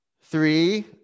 Three